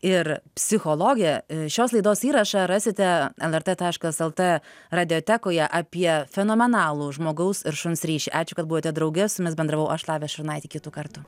ir psichologė šios laidos įrašą rasite lrt taškas lt radiotekoje apie fenomenalų žmogaus ir šuns ryšį ačiū kad buvote drauge su jumis bendravau aš lavija šurnaitė iki kitų kartų